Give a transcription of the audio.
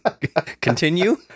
Continue